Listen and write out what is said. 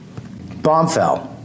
Bombfell